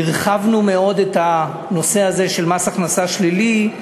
הרחבנו מאוד את הנושא הזה של מס הכנסה שלילי,